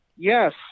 Yes